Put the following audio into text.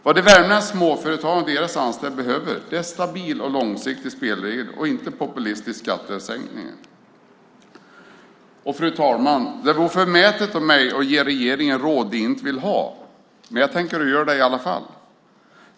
Vad de värmländska småföretagarna och deras anställda behöver är stabila och långsiktiga spelregler och inte populistiska skattesänkningar. Fru talman! Det vore förmätet av mig att ge regeringen råd som den inte vill ha, men jag tänker göra det i alla fall.